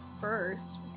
first